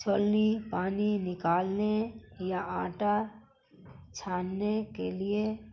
چھلنی پانی نکالنے یا آٹا چھاننے کے لیے